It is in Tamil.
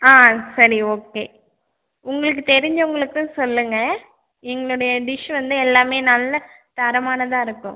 ஆ சரி ஓகே உங்களுக்கு தெரிஞ்சவங்களுக்கும் சொல்லுங்கள் எங்களுடைய டிஷ் வந்து எல்லாமே நல்ல தரமானதாக இருக்கும்